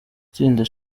itsinda